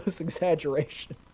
exaggeration